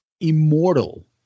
immortal